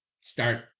start